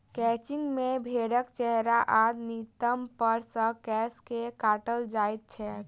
crutching मे भेंड़क चेहरा आ नितंब पर सॅ केश के काटल जाइत छैक